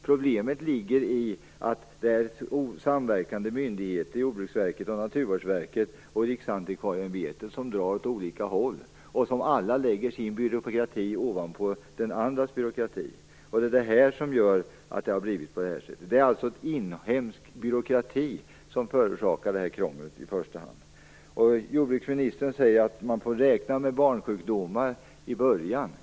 Problemet ligger i att de samverkande myndigheterna, Jordbruksverket, Naturvårdsverket och Riksantikvarieämbetet drar åt olika håll, och de lägger alla sin byråkrati ovanpå den andres byråkrati. Det är detta som gör att det har blivit på detta sätt. Det är alltså en inhemsk byråkrati som i första hand förorsakar detta krångel. Jordbruksministern säger att man får räkna med barnsjukdomar i början.